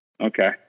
Okay